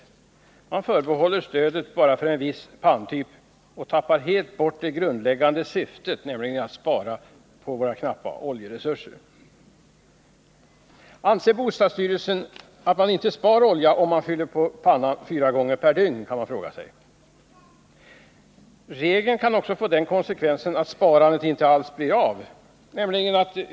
Stödet förbehålls en viss panntyp, och det grundläggande syftet tappas bort helt, nämligen att man skall spara på våra knappa oljeresurser. Anser bostadsstyrelsen att man inte spar olja, om man fyller på pannan fyra gånger per dygn, kan man fråga sig. Regeln kan också få den konsekvensen att sparandet inte alls blir av.